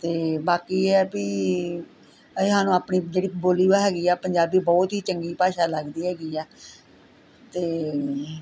ਅਤੇ ਬਾਕੀ ਇਹ ਹੈ ਵੀ ਅਸੀਂ ਸਾਨੂੰ ਆਪਣੀ ਜਿਹੜੀ ਬੋਲੀ ਵਾ ਹੈਗੀ ਆ ਪੰਜਾਬੀ ਬਹੁਤ ਹੀ ਚੰਗੀ ਭਾਸ਼ਾ ਲੱਗਦੀ ਹੈਗੀ ਆ ਅਤੇ